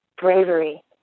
bravery